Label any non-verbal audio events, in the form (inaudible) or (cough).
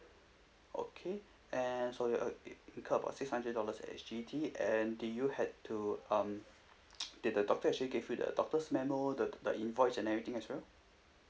okay and sorry uh incurred about six hundred dollars S_G_D and do you had to um (noise) did the doctor actually gave you the doctor's memo the the invoice and everything as well